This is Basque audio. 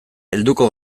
helduko